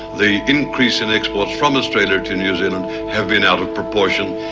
the increase in exports from australia to new zealand have been out of proportion,